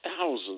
thousands